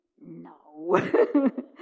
No